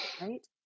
right